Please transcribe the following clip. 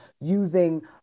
using